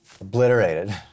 Obliterated